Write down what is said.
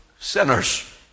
sinners